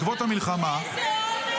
בעקבות המלחמה --- איזה עומס?